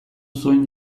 zuen